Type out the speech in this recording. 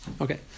Okay